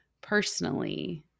personally